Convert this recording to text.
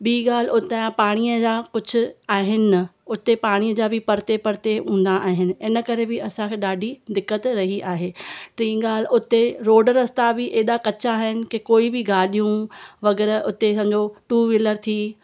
ॿी ॻाल्हि उतां पाणीअ जा कुझु आहिनि उते पाणीअ जा बि परते परते हूंदा आहिनि इन करे बि असांखे ॾाढी दिक़त रही आहे टीं ॻाल्हि उते रोड रस्ता बि एॾा कचा आहिनि की कोई बि गाॾियूं वग़ैरह उते सम्झो टू वीलर थी